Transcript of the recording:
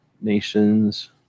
Nations